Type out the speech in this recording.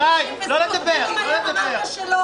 פתאום היום אמרת שלא.